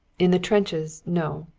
in the trenches no.